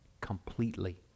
Completely